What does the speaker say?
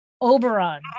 Oberon